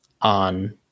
on